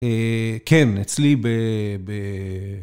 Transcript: אה... כן, אצלי ב...